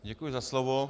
Děkuji za slovo.